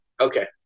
Okay